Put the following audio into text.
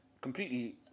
completely